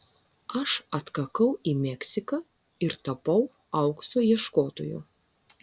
aš atkakau į meksiką ir tapau aukso ieškotoju